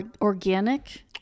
organic